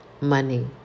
money